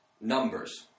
numbers